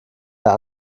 der